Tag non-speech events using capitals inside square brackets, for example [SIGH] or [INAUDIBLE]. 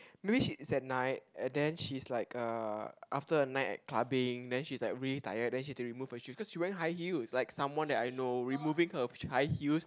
maybe she's at night and then she's like uh after a night at clubbing then she's like really tired then she have to remove her shoes cause she's wearing high heels like someone that I know removing her [NOISE] high heels